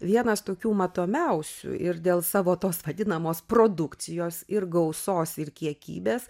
vienas tokių matomiausių ir dėl savo tos vadinamos produkcijos ir gausos ir kiekybės